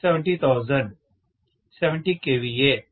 70000 70 kVA